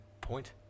point